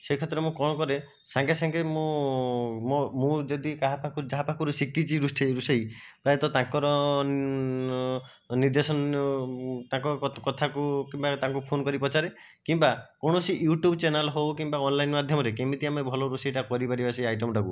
ସେହି କ୍ଷେତ୍ରରେ ମୁଁ କଣ କରେ ସାଙ୍ଗେ ସାଙ୍ଗେ ମୁଁ ମୋ ମୁଁ ଯଦି କାହା ପାଖକୁ ଯାହା ପାଖରୁ ଶିଖିଛି ରୋଷେଇ ପ୍ରାୟତଃ ତାଙ୍କର ନିର୍ଦ୍ଦେଶନା ତାଙ୍କ କଥାକୁ କିମ୍ବା ତାଙ୍କୁ ଫୋନ କରି ପଚାରେ କିମ୍ବା କୌଣସି ୟୁଟ୍ୟୁବ ଚ୍ୟାନେଲ ହେଉ କିମ୍ବା ଅନ୍ଲାଇନ୍ ମାଧ୍ୟମରେ କେମିତି ଆମେ ଭଲ ରୋଷେଇଟା କରିପାରିବା ସେ ଆଇଟମ୍ଟାକୁ